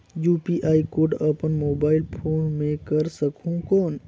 UPI code अपन mobile phone मे कर सकहुं कौन?